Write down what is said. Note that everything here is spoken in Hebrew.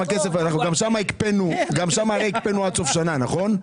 גם שם הקפאנו עד סוף שנה, נכון?